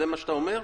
זה מה שאתה אומר?